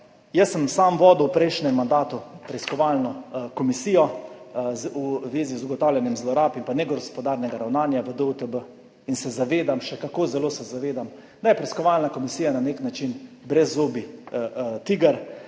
Jaz sem v prejšnjem mandatu vodil preiskovalno komisijo v zvezi z ugotavljanjem zlorab in negospodarnega ravnanja v DUTB in se zavedam, še kako zelo se zavedam, da je preiskovalna komisija na nek način brezzobi tiger.